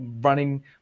running